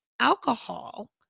alcohol